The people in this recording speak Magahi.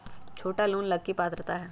छोटा लोन ला की पात्रता है?